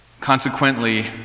Consequently